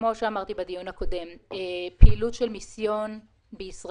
כמו שאמרתי בדיון הקודם, פעילות של מיסיון בישראל